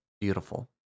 Beautiful